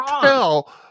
tell